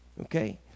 Okay